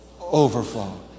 overflow